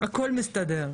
הכול מסתדר.